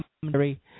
commentary